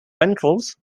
ventrals